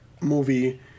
movie